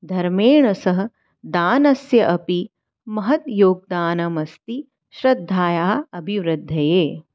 धर्मेण सह दानस्य अपि महत् योगदानमस्ति श्रद्धायाः अभिवृद्धये